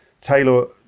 Taylor